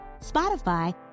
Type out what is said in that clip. Spotify